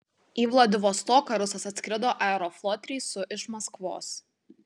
į vladivostoką rusas atskrido aeroflot reisu iš maskvos